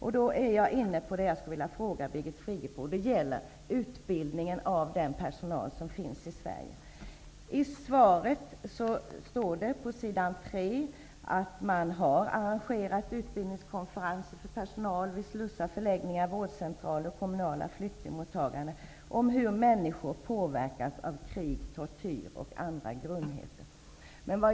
Min fråga till Birgit Friggebo gäller utbildningen av personalen i Sverige. I svaret sade Birgit Friggebo att man har arrangerat utbildningskonferens för personal vid slussar, förläggningar, vårdcentraler och den kommunala flyktingmottagningen om hur människor påverkas av krig, tortyr och andra grymheter.